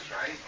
right